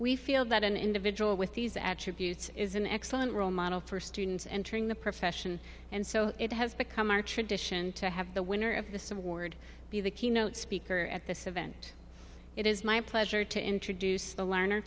we feel that an individual with these attributes is an excellent role model for students entering the profession and so it has become our tradition to have the winner of this award be the keynote speaker at this event it is my pleasure to introduce the lerner